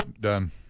Done